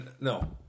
No